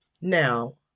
Now